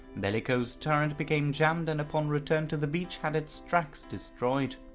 bellicose's turret became jammed and upon return to the beach, had its tracks destroyed.